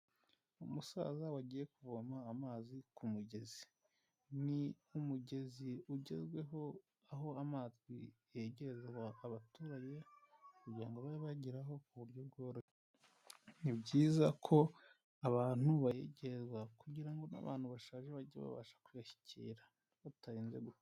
Umusaza wagiye kuvoma amazi ku mugezi ni umugezi ugezweho aho amazi yegereza abaturage kugira ngo babe bageraho ku buryo bworoshye, ni byiz ko abantu bayegerezwa kugira ngo abantu bashaje bajye babasha kuyashyikira batarinze kuvunika.